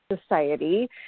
society